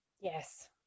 Yes